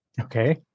Okay